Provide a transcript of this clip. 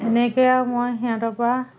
এনেকৈ আৰু মই সিহঁতৰপৰা